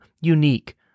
unique